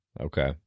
Okay